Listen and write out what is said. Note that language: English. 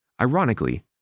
Ironically